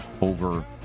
over